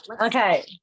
okay